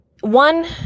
one